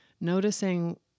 noticing